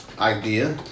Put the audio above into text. idea